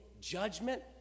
judgment